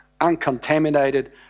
uncontaminated